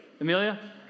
Amelia